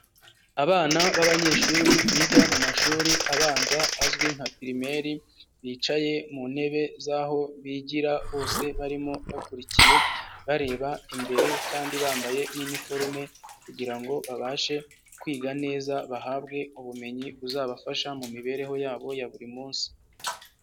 Abana b'abanyeshuri biga mu mashuri abanza azwi nka primaire, bicaye mu ntebe z'aho bigira hose barimo bakurikiye bareba imbere kandi bambaye n'iniforume kugira ngo babashe kwiga neza, bahabwe ubumenyi buzabafasha mu mibereho yabo ya buri munsi.